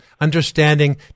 Understanding